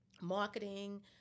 marketing